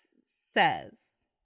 says